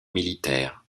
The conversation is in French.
militaire